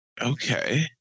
Okay